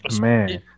man